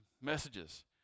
messages